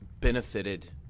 benefited